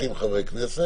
שזה 30 חברי כנסת.